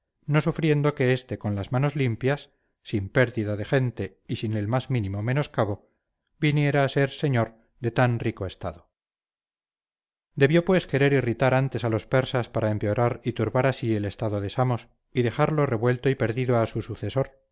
no sufriendo que éste con las manos limpias sin pérdida de gente y sin el más mínimo menoscabo viniera a ser señor de tan rico estado debió pues querer irritar antes a los persas para empeorar y turbar así el estado de samos y dejarlo revuelto y perdido a su sucesor